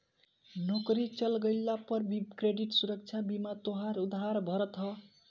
नोकरी चल गइला पअ भी क्रेडिट सुरक्षा बीमा तोहार उधार भरत हअ